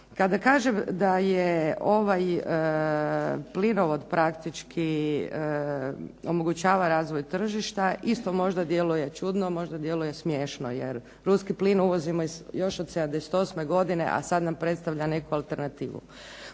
Kada kažem da ovaj plinovod omogućava razvoj tržišta isto možda djeluje čudno, možda djeluje smiješno, jer ruski plin uvozimo još od '78. godine a sada nam predstavlja nekakvu alternativu.